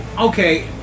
Okay